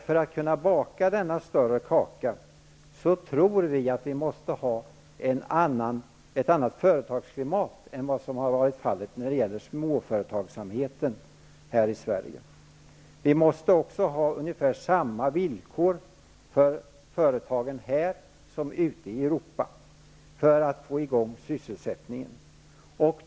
För att kunna baka denna större kaka tror vi att man måste ha ett annat företagsklimat än vad som har varit fallet för småföretagsamheten här i Sverige. Vi måste också ha ungefär samma villkor för företagen här som man har ute i Europa för att få i gång sysselsättningen.